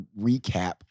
recap